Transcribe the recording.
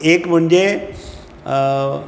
एक म्हणजे